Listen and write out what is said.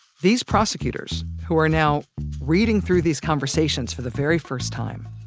these prosecutors, who are now reading through these conversations for the very first time,